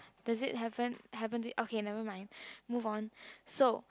does it happen happen to okay never mind move on so